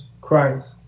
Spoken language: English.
Christ